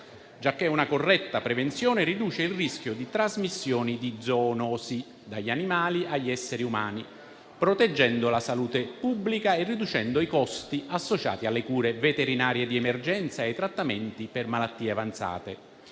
giacché una corretta prevenzione riduce il rischio di trasmissione di zoonosi dagli animali agli esseri umani, proteggendo la salute pubblica e riducendo i costi associati alle cure veterinarie di emergenza e ai trattamenti per malattie avanzate.